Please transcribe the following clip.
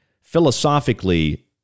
philosophically